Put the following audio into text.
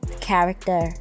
character